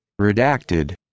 redacted